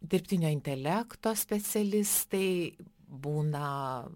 dirbtinio intelekto specialistai būna